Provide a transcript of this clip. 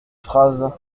phrases